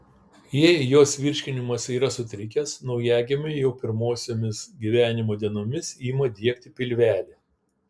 jei jos virškinimas yra sutrikęs naujagimiui jau pirmomis gyvenimo dienomis ima diegti pilvelį